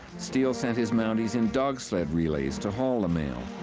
steele sent his mounties in dog sled relays to haul the mail.